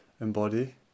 embody